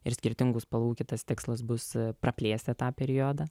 ir skirtingų spalvų kitas tikslas bus praplėsti tą periodą